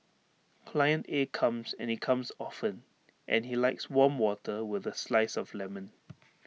client A comes and he comes often and he likes warm water with A slice of lemon